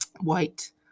white